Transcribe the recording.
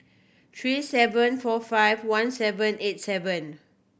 three seven four five one seven eight seven